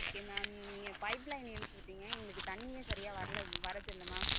okay ma'am நீங்கள் pipeline இழுத்து விட்டீங்க எங்களுக்கு தண்ணியே சரியாக வரல வரதில்ல மேம்